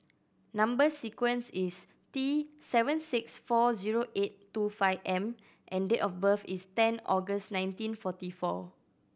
number sequence is T seven six four zero eight two five M and date of birth is ten August nineteen forty four